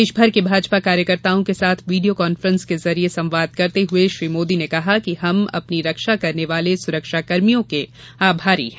देश भर के भाजपा कार्यकर्ताओं के साथ वीडियो कॉन्फ्रेंस के जरिए संवाद करते हुए श्री मोदी ने कहा कि हम अपनी रक्षा करने वाले सुरक्षाकर्मियों के आभारी हैं